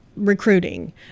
recruiting